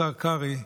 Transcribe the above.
השר קרעי,